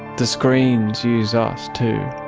the screens use us too.